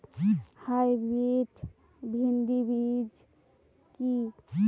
Hybrid ভীন্ডি বীজ কি?